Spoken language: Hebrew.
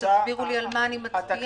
תסבירו לי על מה אני מצביעה.